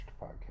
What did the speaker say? podcast